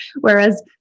Whereas